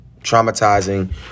traumatizing